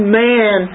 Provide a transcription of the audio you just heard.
man